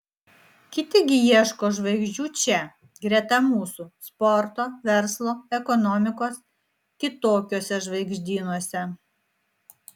kiti gi ieško žvaigždžių čia greta mūsų sporto verslo ekonomikos kitokiuose žvaigždynuose